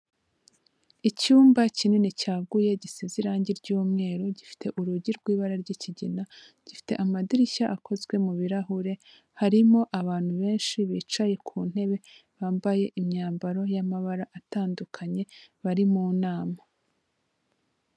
Icyumba kinini cyaguye gisize irangi ry'umweru gifite urugi rw'ibara ry'ikigina, gifite amadirishya akozwe mu birahure, harimo abantu benshi bicaye ku ntebe bambaye imyambaro y'amabara atandukanye bari mu nama.